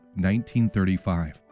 1935